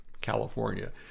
california